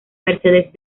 mercedes